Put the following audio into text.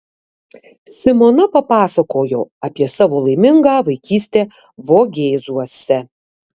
simona papasakojo apie savo laimingą vaikystę vogėzuose